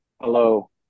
Hello